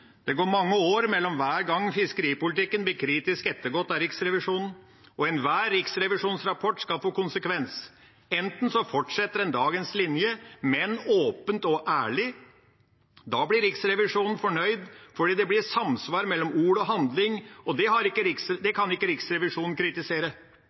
Det går mange år mellom hver gang fiskeripolitikken blir kritisk ettergått av Riksrevisjonen, og enhver riksrevisjonsrapport skal få konsekvenser. Enten fortsetter en dagens linje, men åpent og ærlig – da blir Riksrevisjonen fornøyd, fordi det blir samsvar mellom ord og handling, og det kan ikke